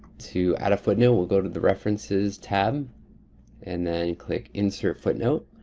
to add a footnote we'll go to the references tab and then click insert footnote.